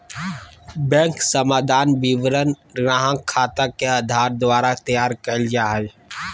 bank समाधान विवरण ग्राहक खाता के धारक द्वारा तैयार कइल जा हइ